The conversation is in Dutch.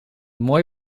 mooi